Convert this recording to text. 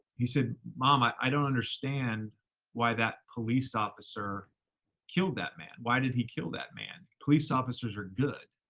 he said, mom, i i don't understand why that police officer killed that man. why did he kill that man? police officers are good.